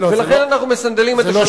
לכן אנחנו מסנדלים את השלום עם הפלסטינים,